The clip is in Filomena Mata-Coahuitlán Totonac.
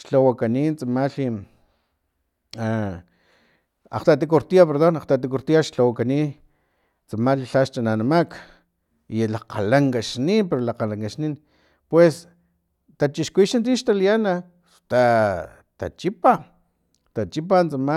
xlhawakani tsamalhi a akgtati kuartiyo verdad akgtati kuartiyo xa xlhawakani tsam lhax chananamak i lakgalankaxnin pero lakgalankaxnin pues tachixkuwin xan tix taliyana ta tachipa tachipa tsama